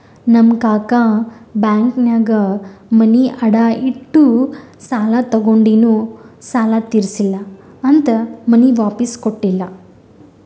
ನಮ್ ಕಾಕಾ ಬ್ಯಾಂಕ್ನಾಗ್ ಮನಿ ಅಡಾ ಇಟ್ಟು ಸಾಲ ತಗೊಂಡಿನು ಸಾಲಾ ತಿರ್ಸಿಲ್ಲಾ ಅಂತ್ ಮನಿ ವಾಪಿಸ್ ಕೊಟ್ಟಿಲ್ಲ